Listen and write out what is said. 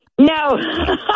no